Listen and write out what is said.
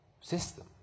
system